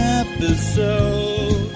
episode